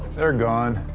they're gone.